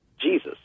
Jesus